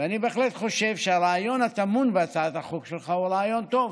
ואני בהחלט חושב שהרעיון הטמון בהצעת החוק שלך הוא רעיון טוב.